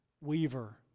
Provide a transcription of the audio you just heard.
weaver